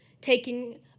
taking